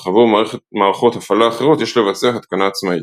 אך עבור מערכות הפעלה אחרות יש לבצע התקנה עצמאית.